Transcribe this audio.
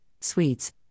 sweets